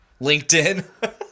LinkedIn